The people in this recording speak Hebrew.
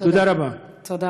תודה רבה.